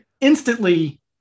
instantly